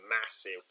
massive